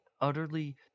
utterly